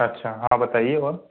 अच्छा हाँ बताइए और